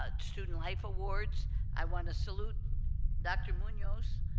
ah student life awards i want to salute dr. munoz